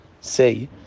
say